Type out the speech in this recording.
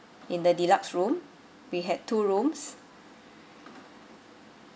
in the deluxe room we had two rooms